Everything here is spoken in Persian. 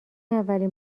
اولین